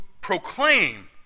proclaim